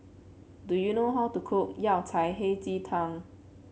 do you know how to cook Yao Cai Hei Ji Tang